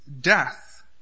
death